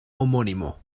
homónimo